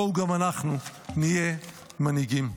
בואו גם אנחנו נהיה מנהיגים.